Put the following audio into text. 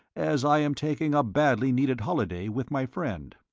as i am taking a badly needed holiday with my friend.